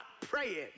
praying